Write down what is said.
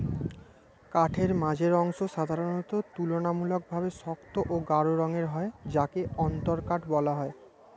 কাঠের মাঝের অংশ সাধারণত তুলনামূলকভাবে শক্ত ও গাঢ় রঙের হয় যাকে অন্তরকাঠ বলা হয়